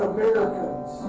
Americans